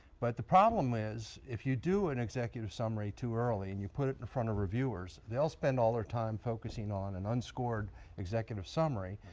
but the problem is, if you do and executive summary too early and you put it in front of reviewers, they'll spend all their time focusing on an unscored executive summary,